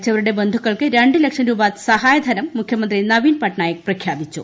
മരിച്ചവരുടെ ബന്ധുക്കൾക്ക് രണ്ട് ലക്ഷം രൂപ സഹായധനം മുഖ്യമന്ത്രി നവിൻ പട്നായിക് പ്രഖ്യാപിച്ചു